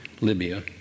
Libya